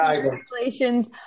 congratulations